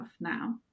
now